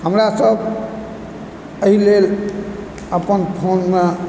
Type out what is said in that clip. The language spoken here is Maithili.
हमरासभ एहिलेल अपन फोनमे